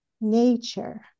nature